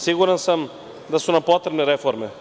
Siguran sam da su nam potrebne reforme.